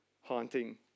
haunting